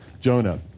Jonah